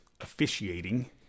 officiating